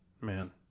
man